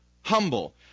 humble